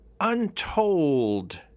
untold